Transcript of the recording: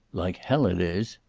like hell it is.